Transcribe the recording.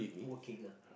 working ah